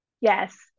Yes